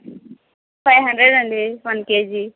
five hundred అండి one KG